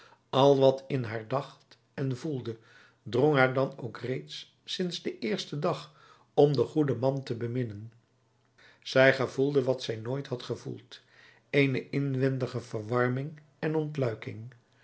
al wat in haar dacht en voelde drong haar dan ook reeds sinds den eersten dag om den goeden man te beminnen zij gevoelde wat zij nooit had gevoeld eene inwendige verwarming en ontluiking